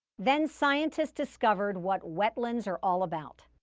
then scientists discovered what wetlands are all about.